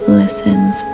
listens